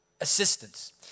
assistance